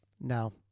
no